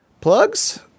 Plugs